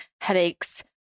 headaches